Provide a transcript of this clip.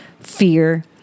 fear